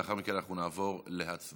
לאחר מכן אנחנו נעבור להצבעה.